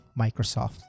microsoft